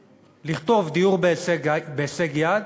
לכתוב: דיור בהישג יד,